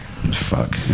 Fuck